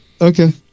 Okay